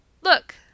look